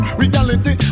reality